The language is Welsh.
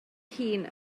hun